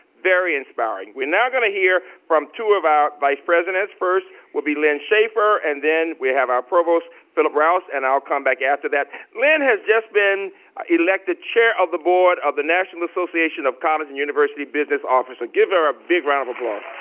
very inspiring. we're now gonna hear from two of our vice presidents, first will be lynne schaefer and then we have our provost philip rous, and i'll come back after that. lynne has just been elected chair of the board of the national association of college and university business officers. so give her a big round of applause